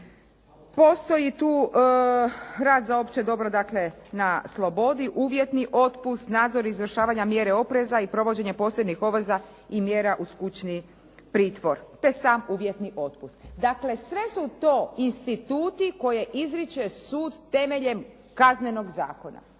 Postoji tu rad za opće dobro dakle na slobodi, uvjetni otpust, nadzor izvršavanja mjere opreza i provođenje posljednjih obveza i mjera uz kućni pritvor te sam uvjetni otpust. Dakle, sve su to instituti koje izriče sud temeljem Kaznenog zakona.